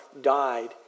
died